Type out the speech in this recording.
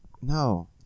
No